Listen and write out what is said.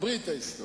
תאפשר